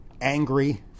angry